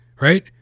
Right